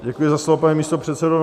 Děkuji za slovo, pane místopředsedo.